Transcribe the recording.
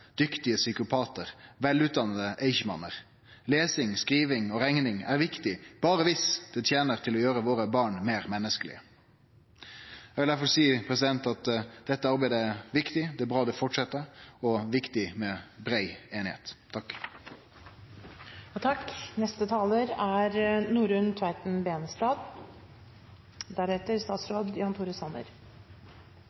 dyktige psykopater, velutdannete eichmanner. Lesing, skriving og regning er viktig bare hvis det tjener til å gjøre våre barn mer menneskelige.» Eg vil difor seie at dette arbeidet er viktig. Det er bra det fortset. Og det er viktig med brei einigheit. Jeg skal være kort. Vi er